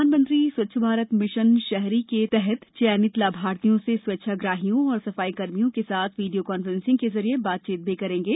प्रधानमंत्री स्वच्छ भारत मिशन शहरी के तहत चयनित लाभार्थियों से स्वेच्छाग्रहियों और सफाई कर्मियों के साथ वीडियो कांफ्रेंसिंग के जरिये बातचीत भी करेंगे